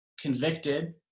convicted